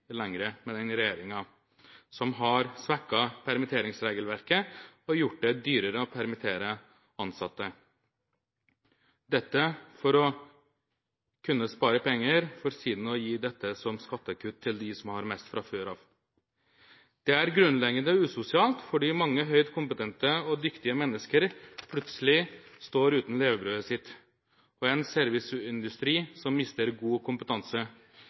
med denne regjeringen, som har svekket permitteringsregelverket og gjort det dyrere å permittere ansatte for å kunne spare penger, for siden å gi dette som skattekutt til dem som har mest fra før. Det er grunnleggende usosialt fordi mange høyt kompetente og dyktige mennesker plutselig står uten levebrødet sitt, og en serviceindustri mister god kompetanse.